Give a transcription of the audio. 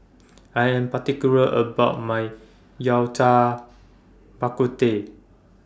I Am particular about My Yao Cai Bak Kut Teh